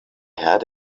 had